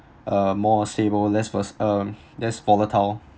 uh more stable less ves~ um less volatile